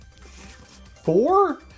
Four